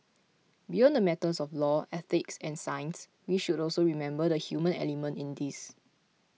beyond the matters of law ethics and science we should also remember the human element in this